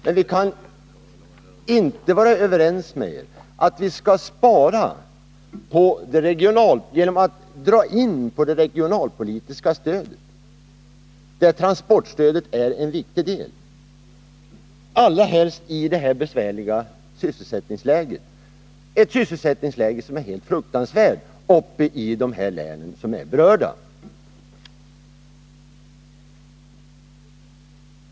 Men vi är inte överens om att man skall spara genom att dra in på det regionalpolitiska stödet, där transportstödet är en viktig del — allra helst i detta besvärliga sysselsättningsläge, som är helt fruktansvärt uppe i de län som är berörda.